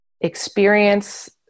experience